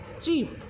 cheap